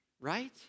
Right